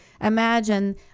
imagine